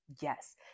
Yes